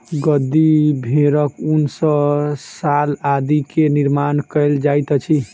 गद्दी भेड़क ऊन सॅ शाल आदि के निर्माण कयल जाइत अछि